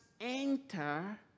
enter